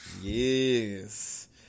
Yes